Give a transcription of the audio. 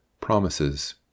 promises